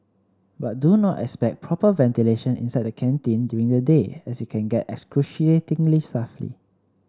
but do not expect proper ventilation inside the canteen during the day as it can get excruciatingly stuffy